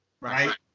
right